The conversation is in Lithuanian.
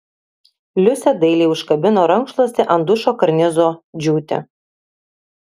liusė dailiai užkabino rankšluostį ant dušo karnizo džiūti